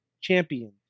championed